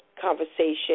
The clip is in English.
conversation